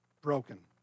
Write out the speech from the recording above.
broken